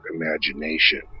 imagination